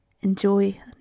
Enjoy